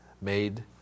made